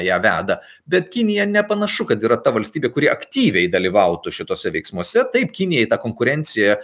ją veda bet kinija nepanašu kad yra ta valstybė kuri aktyviai dalyvautų šituose veiksmuose taip kinijai ta konkurencija